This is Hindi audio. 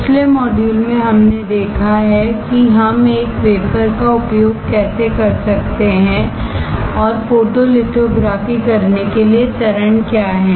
पिछले मॉड्यूल में हमने देखा है कि हम एक वेफरका उपयोग कैसे कर सकते हैं और फोटोलिथोग्राफी करने के लिए चरण क्या हैं